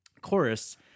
chorus